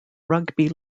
rugby